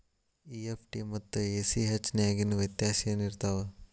EFT ಮತ್ತ ACH ನ್ಯಾಗಿನ್ ವ್ಯೆತ್ಯಾಸೆನಿರ್ತಾವ?